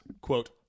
quote